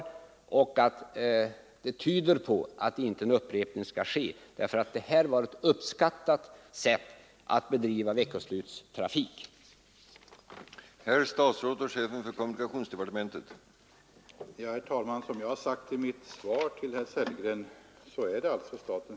Det tyder på att det inte kommer att bli någon upprepning av detta sätt att bedriva veckoslutstrafik som jag anförde ett exempel på i min fråga och som var mycket uppskattat.